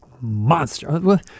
Monster